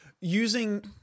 using